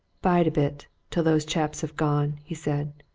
bide a bit till those chaps have gone, he said.